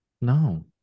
No